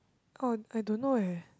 oh I don't know eh